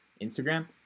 Instagram